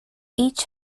each